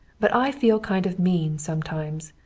but i feel kind of mean, sometimes,